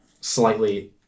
slightly